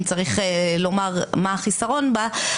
אם צריך לומר מה החיסרון בה,